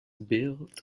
built